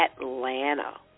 Atlanta